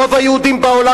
רוב היהודים בעולם,